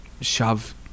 shove